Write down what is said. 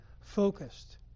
focused